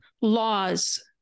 laws